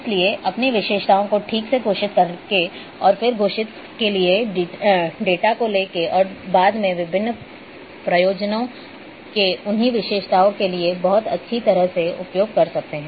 इसलिए अपनी विशेषताओं को ठीक से घोषित करके और फिर घोषित किए डेटा को लेके और बाद में विभिन्न प्रयोजनों के उन्हीं विशेषताओं के लिए बहुत अच्छी तरह से उपयोग कर सकते हैं